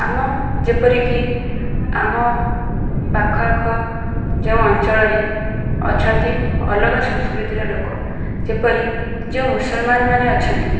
ଆମ ଯେପରିକି ଆମ ପାଖ ଆଖ ଯେଉଁ ଅଞ୍ଚଳରେ ଅଛନ୍ତି ଅଲଗା ସଂସ୍କୃତିର ଲୋକ ଯେପରି ଯେଉଁ ମୁସଲମାନ ମାନେ ଅଛନ୍ତି